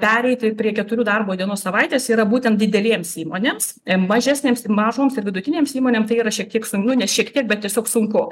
pereiti prie keturių darbo dienos savaitės yra būtent didelėms įmonėms mažesnėms mažoms ir vidutinėms įmonėm tai yra šiek tiek sunkiau ne šiek tiek bet tiesiog sunku